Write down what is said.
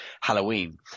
Halloween